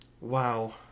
wow